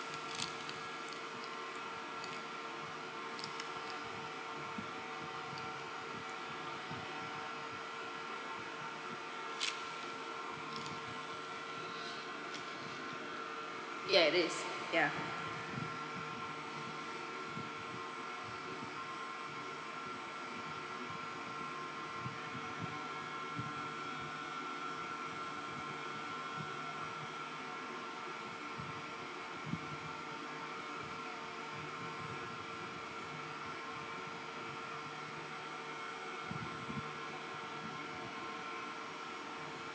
ya it is ya